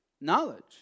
Knowledge